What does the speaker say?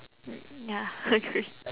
mm ya agree